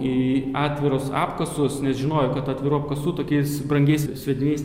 į atvirus apkasus nes žinojo kad atvirų apkasų tokiais brangiais sviediniais